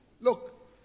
Look